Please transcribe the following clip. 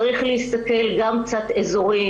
צריך להסתכל גם באופן אזורי,